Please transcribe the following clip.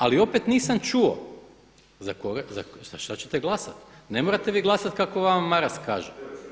Ali opet nisam čuo za šta ćete glasati, ne morate vi glasati kako vama Maras kaže.